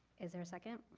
is there a second?